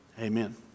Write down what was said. Amen